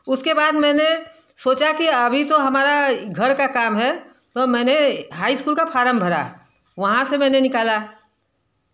उसके बाद मैंने सोचा कि अभी तो हमारा घर का काम है तो मैंने हाई ईस्कूल का फारम भरा वहाँ से मैंने निकाला